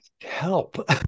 help